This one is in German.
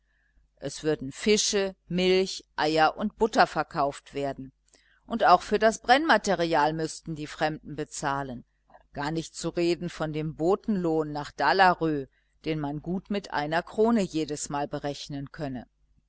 es würden fische milch eier und butter verkauft werden und auch für das brennmaterial müßten die fremden bezahlen gar nicht zu reden von dem botenlohn nach dalarö den man gut mit einer krone jedesmal berechnen könne